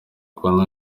kuba